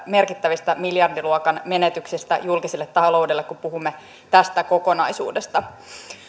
merkittävistä miljardiluokan menetyksistä julkiselle taloudelle kun puhumme tästä kokonaisuudesta